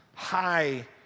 high